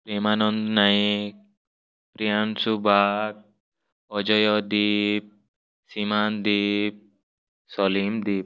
ପ୍ରେମାନନ୍ଦ ନାଏକ ପ୍ରିୟାଂଶୁ ବାଗ୍ ଅଜୟ ଦୀପ୍ ସୀମାନ ଦୀ ସଲିମ ଦୀପ୍